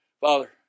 Father